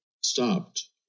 stopped